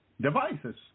devices